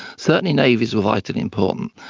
certainly navies were vitally important,